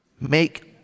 Make